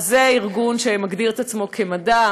אז זה ארגון שמגדיר את עצמו כארגון מדע?